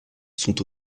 sont